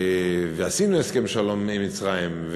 ועשינו הסכם שלום עם מצרים,